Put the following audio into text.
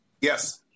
Yes